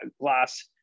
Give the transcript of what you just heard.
glass